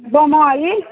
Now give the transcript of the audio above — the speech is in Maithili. बम्बइ